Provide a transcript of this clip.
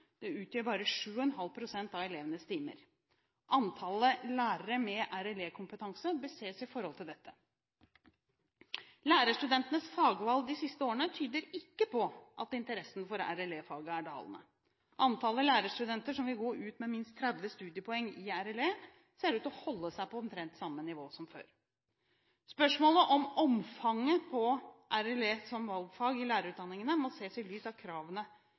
det utgjør bare 7,5 pst. av elevenes timer. Antallet lærere med RLE-kompetanse bør ses i forhold til dette. Lærerstudentenes fagvalg de siste årene tyder ikke på at interessen for RLE-faget er dalende. Antallet lærerstudenter som vil gå ut med minst 30 studiepoeng i RLE, ser ut til å holde seg på omtrent samme nivå som før. Spørsmålet om omfanget av RLE som valgfag i lærerutdanningene må ses i lys av kravene